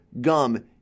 gum